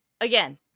Again